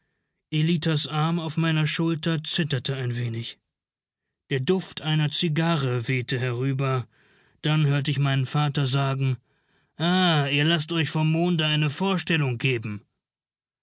ellitas arm auf meiner schulter zitterte ein wenig der duft einer zigarre wehte herüber dann hörte ich meinen vater sagen ah ihr laßt euch vom monde eine vorstellung geben